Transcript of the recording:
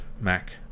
Mac